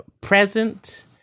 Present